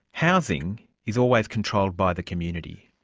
housing is always controlled by the community.